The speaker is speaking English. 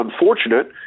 unfortunate